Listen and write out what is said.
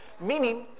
Meaning